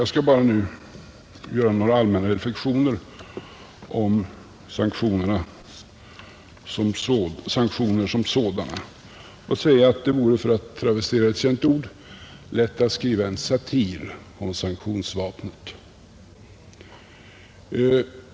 Jag skall bara nu göra några allmänna reflexioner om sanktioner som sådana och säga att det vore, för att travestera ett känt uttryck, lätt att skriva en satir om sanktionsvapnet.